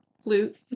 flute